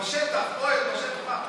אוהל בשטח.